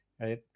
Right